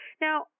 Now